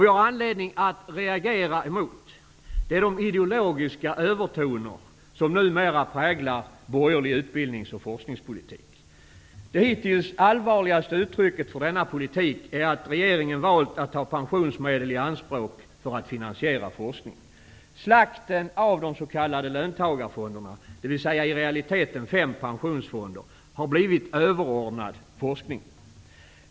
Vi har anledning att reagera mot de ideologiska övertoner som numera präglar borgerlig utbildnings och forskningspolitik. Det hittills allvarligaste uttrycket för denna politik är att regeringen valt att ta pensionsmedel i anspråk för att finansiera forskningen. Slakten av de s.k. löntagarfonderna, dvs. i realiteten fem pensionsfonder, har blivit överordnad forskningen.